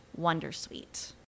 Wondersuite